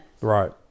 Right